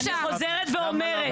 אני חוזרת ואומרת,